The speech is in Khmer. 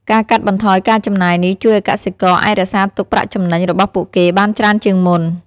ការកាត់បន្ថយការចំណាយនេះជួយឱ្យកសិករអាចរក្សាទុកប្រាក់ចំណេញរបស់ពួកគេបានច្រើនជាងមុន។